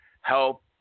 help